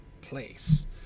place